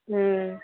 ம்